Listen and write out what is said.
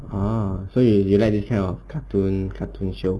ah 所以 you like all this kind of cartoon cartoon show